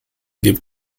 give